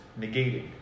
negating